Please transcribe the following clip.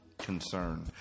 Concern